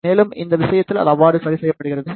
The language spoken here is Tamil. மேலும் இந்த விஷயத்தில் அது அவ்வாறு சரிசெய்யப்படுகிறது